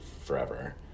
forever